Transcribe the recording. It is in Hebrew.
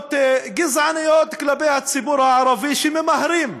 עמדות גזעניות כלפי הציבור הערבי, שממהרים,